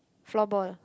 floorball